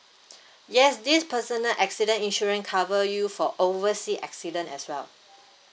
yes this personal accident insurance cover you for oversea accident as well